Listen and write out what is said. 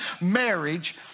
marriage